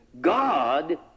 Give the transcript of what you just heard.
God